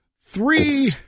three